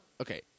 Okay